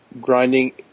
grinding